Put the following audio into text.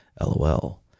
LOL